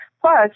Plus